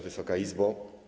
Wysoka Izbo!